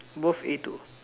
both a two